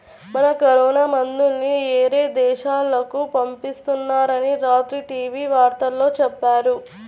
మన కరోనా మందుల్ని యేరే దేశాలకు పంపిత్తున్నారని రాత్రి టీవీ వార్తల్లో చెప్పారు